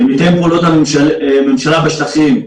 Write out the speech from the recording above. מתאם פעולות הממשלה בשטחים,